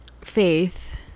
faith